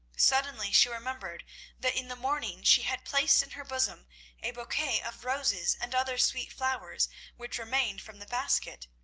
suddenly she remembered that in the morning she had placed in her bosom a bouquet of roses and other sweet flowers which remained from the basket.